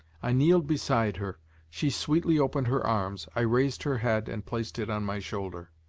i kneeled beside her she sweetly opened her arms i raised her head and placed it on my shoulder.